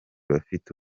bafite